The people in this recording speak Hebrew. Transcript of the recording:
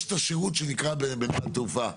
יש השירות בנמל התעופה,